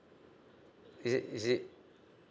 is it is it